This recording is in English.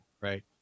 right